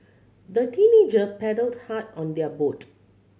the teenager paddled hard on their boat